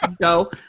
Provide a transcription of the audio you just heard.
go